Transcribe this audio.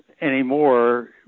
anymore